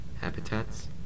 Habitats